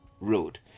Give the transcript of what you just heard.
Road